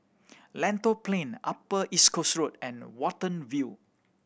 Lentor Plain Upper East Coast Road and Watten View